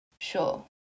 sure